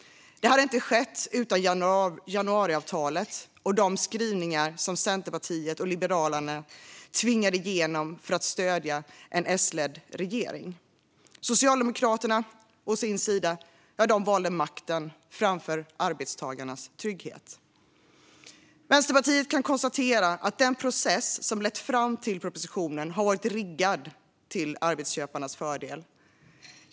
Det hade inte skett utan januariavtalet och de skrivningar som Centerpartiet och Liberalerna tvingade igenom för att stödja en S-ledd regering. Socialdemokraterna, å sin sida, valde makten framför arbetstagarnas trygghet. Vänsterpartiet kan konstatera att den process som lett fram till propositionen har varit riggad till arbetsköparnas fördel.